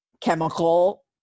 chemical